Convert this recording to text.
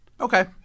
Okay